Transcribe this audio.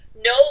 No